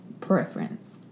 preference